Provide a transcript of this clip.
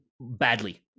badly